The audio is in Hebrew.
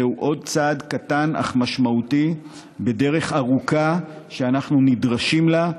זהו עוד צעד קטן אך משמעותי בדרך ארוכה שאנחנו נדרשים לה,